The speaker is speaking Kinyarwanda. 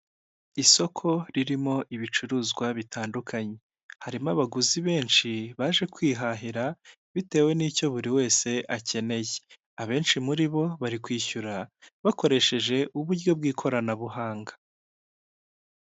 Isoko ririmo ibicuruzwa bitandukanye, harimo abaguzi benshi baje kwihahira bitewe n'icyo buri wese akeneye, abenshi muri bo bari kwishyura bakoresheje uburyo bw'ikoranabuhanga.